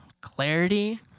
clarity